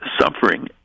suffering